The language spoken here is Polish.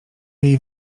jej